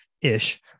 ish